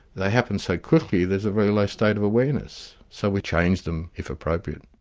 they happen so quickly, there's a very low state of awareness, so we change them, if appropriate.